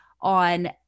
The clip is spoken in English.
on